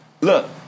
look